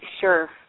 sure